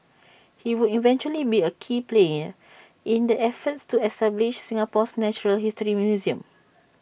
he would eventually be A key player in the efforts to establish Singapore's natural history museum